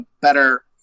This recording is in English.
better